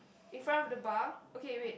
in front of the bar okay wait